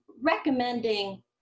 recommending